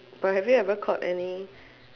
but have you ever caught any